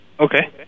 Okay